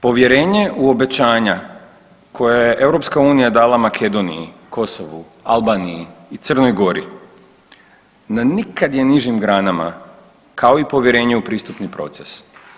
Povjerenje u obećanja koja je EU dala Makedoniji, Kosovu, Albaniji i Crnoj Gori na nikad je nižim granama kao i povjerenje u pristupni proces.